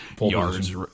yards